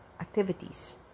activities